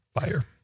Fire